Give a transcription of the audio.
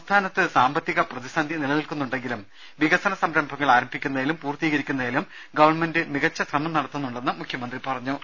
സംസ്ഥാനത്ത് സാമ്പത്തിക പ്രതിസന്ധി നിലനിൽക്കുന്നുണ്ടെങ്കിലും വികസന സംരംഭങ്ങൾ ആരംഭിക്കുന്നതിലും പൂർത്തീകരിക്കുന്നതിലും ഗവൺമെന്റ് മികച്ച ശ്രമം നടത്തുന്നുണ്ടെന്ന് മുഖ്യമന്ത്രി പറഞ്ഞു